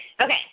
Okay